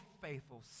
faithful